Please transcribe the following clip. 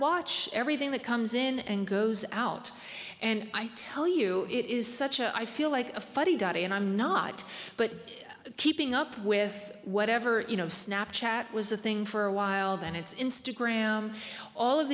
watch everything that comes in and goes out and i tell you it is such a i feel like a fuddy duddy and i'm not but keeping up with whatever you know snap chat was the thing for a while then it's